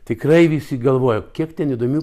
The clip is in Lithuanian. tikrai visi galvoja kiek ten įdomių